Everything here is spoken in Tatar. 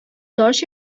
таш